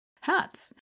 hats